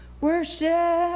Worship